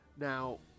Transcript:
Now